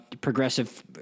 progressive